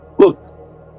Look